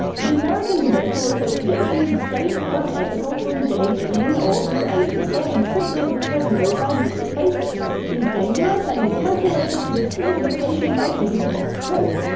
the american medical association states it is unethical to engage in or to aid and abet in treatment which has no scientific basis, is dangerous and is calculated to deceive the patient by giving false hope.